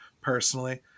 personally